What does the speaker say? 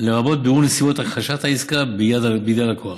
לרבות בירור נסיבות הכחשת העסקה בידי הלקוח.